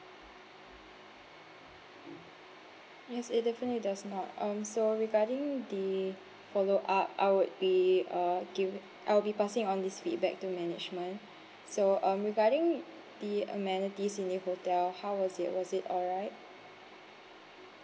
yes it definitely does not um so regarding the follow up I would be uh givi~ I will be passing on this feedback to management so um regarding the amenities in the hotel how was it was it alright